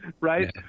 right